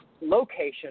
location